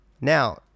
Now